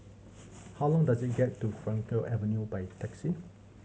how long does it get to Frankel Avenue by taxi